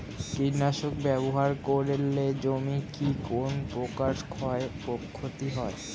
কীটনাশক ব্যাবহার করলে জমির কী কোন প্রকার ক্ষয় ক্ষতি হয়?